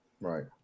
Right